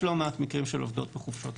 לא מעט מקרים של עובדות בחופשות לידה.